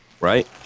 right